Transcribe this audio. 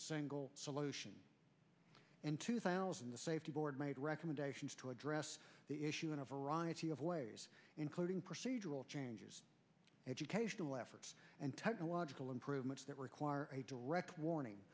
single solution and two thousand the safety board made recommendations to address the issue in a variety of ways including procedural changes educational efforts and technological improvements that require a direct warning